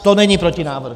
To není protinávrh.